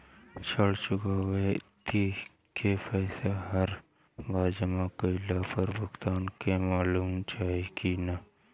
ऋण चुकौती के पैसा हर बार जमा कईला पर भुगतान के मालूम चाही की ना?